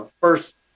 first